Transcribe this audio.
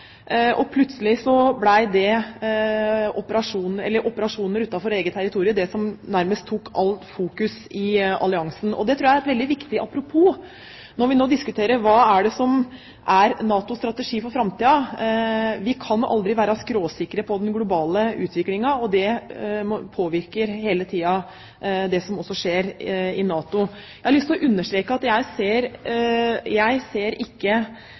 operasjoner utenfor eget territorium det som nærmest tok alt fokus i alliansen. Det tror jeg er et veldig viktig apropos når vi nå diskuterer hva det er som er NATOs strategi for framtiden. Vi kan aldri være skråsikre på den globale utviklingen, og det påvirker også hele tiden det som skjer i NATO. Jeg har lyst til å understreke at jeg ikke ser